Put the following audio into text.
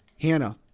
Hannah